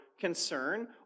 concern